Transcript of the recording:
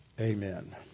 amen